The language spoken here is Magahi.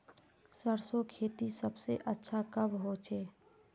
सरसों खेती सबसे अच्छा कब होचे?